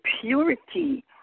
purity